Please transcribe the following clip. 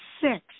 six